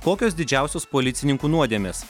kokios didžiausios policininkų nuodėmės